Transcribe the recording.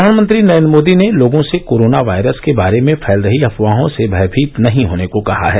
प्रधामनंत्री नरेन्द्र मोदी ने लोगों से कोरोना वायरस के बारे में फैल रही अफवाहों से भयभीत नहीं होने को कहा है